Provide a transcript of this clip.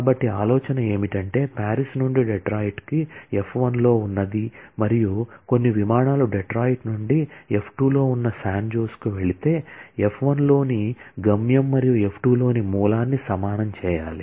కాబట్టి ఆలోచన ఏమిటంటే పారిస్ నుండి డెట్రాయిట్కు ఎఫ్ 1 లో ఉన్నది మరియు కొన్ని విమానాలు డెట్రాయిట్ నుండి ఎఫ్ 2 లో ఉన్న శాన్ జోస్కు వెళితే ఎఫ్ 1 లోని గమ్యం మరియు ఎఫ్ 2 లోని మూలాన్ని సమానం చేయాలి